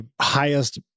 highest